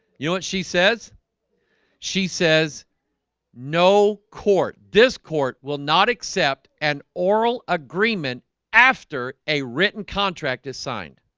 you know what she says she says no court. this court will not accept an oral agreement after a written contract is signed